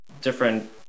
different